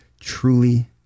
truly